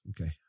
Okay